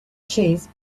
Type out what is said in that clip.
cheese